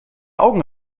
augen